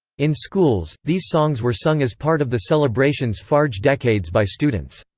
in schools, these songs were sung as part of the celebrations fajr decades by students.